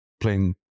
playing